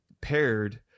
paired